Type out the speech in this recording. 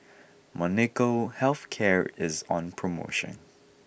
Molnylcke health care is on promotion